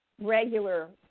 regular